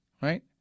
right